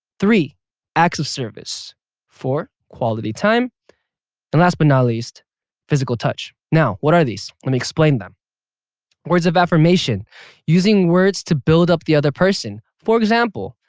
three acts of service four quality time and last but not least physical touch. now, what are these? let me explain them words of affirmation using words to build up the other person. for example,